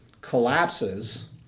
collapses